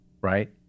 right